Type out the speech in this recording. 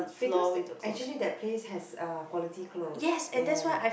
because actually that place has uh quality clothes and